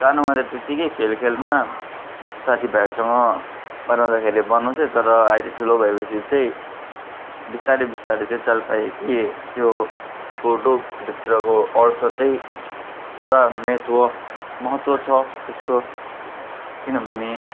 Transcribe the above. सानोमा त त्यत्तिकै खेलखेलमा साथीभाइहरूसँग बनाउँदाखेरि बनाउँथेँ तर अहिले ठुलो भएपछि चाहिँ बिस्तारै बिस्तारै चाहिँ चाल पाएँ कि त्यो फोटोभित्रको अर्थ चाहिँ पुरा महत्त्व महत्त्व छ त्यसको किनभने